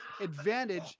advantage